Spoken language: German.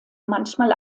manchmal